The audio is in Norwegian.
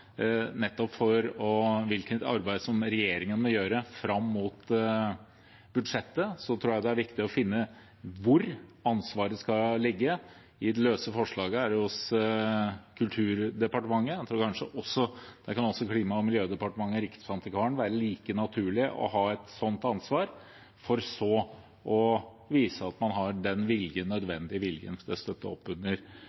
for hvilket arbeid regjeringen må gjøre fram mot budsjettet. Jeg tror det er viktig å finne ut hvor ansvaret skal ligge. I forslaget fra Fremskrittspartiet er det hos Kulturdepartementet. Jeg tror det kan være like naturlig at Klima- og miljødepartementet og Riksantikvaren har et sånt ansvar, for slik å vise at man har den nødvendige viljen